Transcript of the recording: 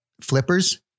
flippers